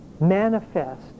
manifest